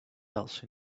else